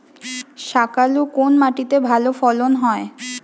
শাকালু কোন মাটিতে ভালো ফলন হয়?